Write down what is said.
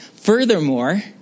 Furthermore